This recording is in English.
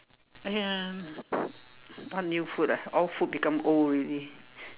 ya what new food ah all food become old already